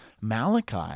Malachi